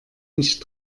nicht